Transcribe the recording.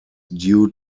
due